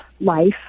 life